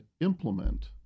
implement